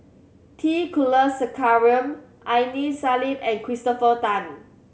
T Kulasekaram Aini Salim and Christopher Tan